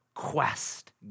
quest